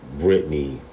britney